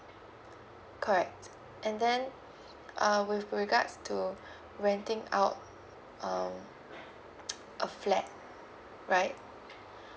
correct and then uh with regards to renting out um a flat right